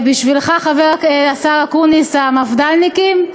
בשבילך, השר אקוניס, המפד"לניקים,